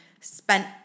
spent